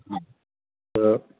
हम्म त